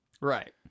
Right